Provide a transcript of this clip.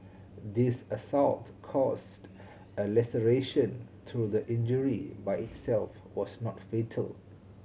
this assault caused a laceration though the injury by itself was not fatal